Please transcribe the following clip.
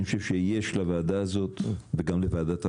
אני חושב שיש לוועדה הזאת וגם לוועדת הרווחה,